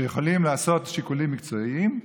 שיכולים לעשות שיקולים מקצועיים?